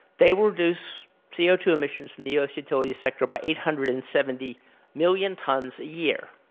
they will reduce c o two emissions from the u. s. utility sector by eight hundred and seventy million tons a year.